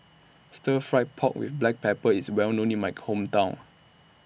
Stir Fried Pork with Black Pepper IS Well known in My Hometown